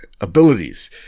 abilities